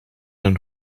een